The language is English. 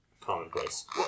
commonplace